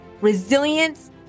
resilience